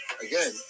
again